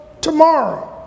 tomorrow